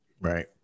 right